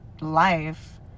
life